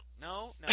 No